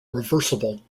reversible